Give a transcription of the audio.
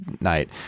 night